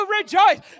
rejoice